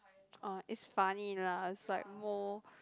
uh is funny lah is like more